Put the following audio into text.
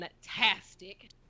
fantastic